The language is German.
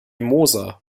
moser